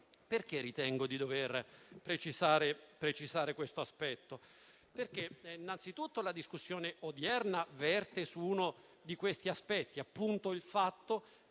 Perché ritengo di dover precisare questo aspetto? Innanzitutto perché la discussione odierna verte su uno di questi aspetti, appunto il fatto